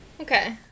Okay